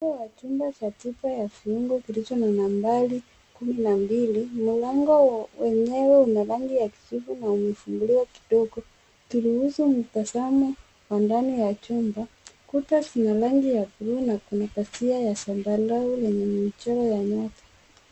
Mlango wa chumba cha tiba ya viungo kilicho na nambari kumi na mbili. Mlango wenyewe una rangi wa kijivu na umefunguliwa kidogo, kuruhusu mtazamo wa ndani ya chumba. Kuta zina rangi ya blue na kuna pazia ya zambarau lenye michoro ya nyota.